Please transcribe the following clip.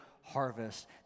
harvest